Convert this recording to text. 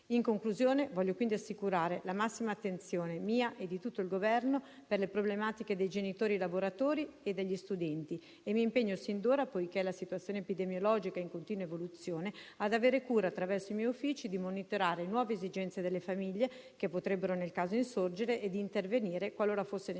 In conclusione, voglio quindi assicurare la massima attenzione mia e di tutto il Governo per le problematiche dei genitori lavoratori e degli studenti e mi impegno sin d'ora, poiché la situazione epidemiologica è in continua evoluzione, ad avere cura attraverso i miei uffici di monitorare nuove esigenze delle famiglie che potrebbero nel caso insorgere e di intervenire qualora fosse necessario